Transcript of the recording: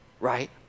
right